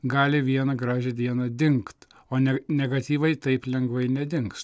gali vieną gražią dieną dingt o ne negatyvai taip lengvai nedings